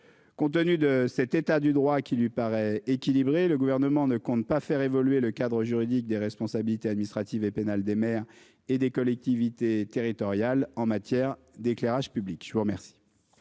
Compte tenu de cet état du droit qui lui paraît équilibré. Le gouvernement ne compte pas faire évoluer le cadre juridique des responsabilités administratives et pénales des maires et des collectivités territoriales en matière d'éclairage public, je vous remercie.